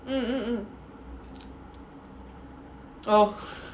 mm mm oh